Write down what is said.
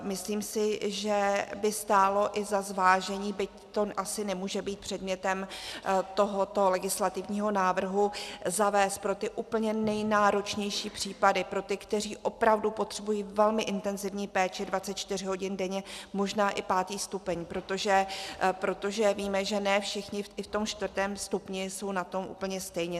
Myslím si, že by stálo i za zvážení, byť to asi nemůže být předmětem tohoto legislativního návrhu, zavést pro úplně nejnáročnější případy, pro ty, kteří opravdu potřebují velmi intenzivní péči 24 hodin denně, možná i pátý stupeň, protože víme, že ne všichni i v tom čtvrtém stupni jsou na tom úplně stejně.